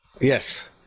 yes